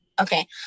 Okay